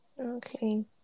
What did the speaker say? okay